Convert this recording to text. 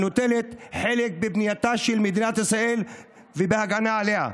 הנוטלת חלק בבניינה של מדינת ישראל ובהגנה עליה.